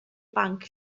banc